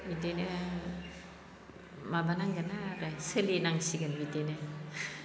बिदिनो माबानांगोन आरो सोलिनांसिगोन बिदिनो